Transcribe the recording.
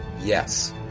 Yes